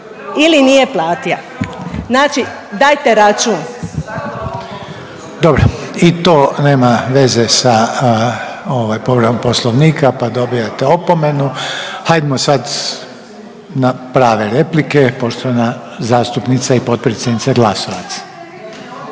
ili nije platia? Znači dajte račun. **Reiner, Željko (HDZ)** Dobro i to nema veze sa ovaj povredom Poslovnika pa dobijate opomenu. Hajdmo sad na prave replike, poštovana zastupnica i potpredsjednica Glasovac,